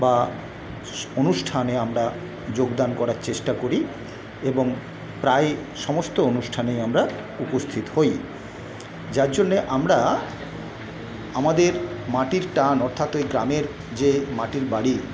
বা অনুষ্ঠানে আমরা যোগদান করার চেষ্টা করি এবং প্রায় সমস্ত অনুষ্ঠানেই আমরা উপস্থিত হই যার জন্যে আমরা আমাদের মাটির টান অর্থাৎ ওই গ্রামের যে মাটির বাড়ি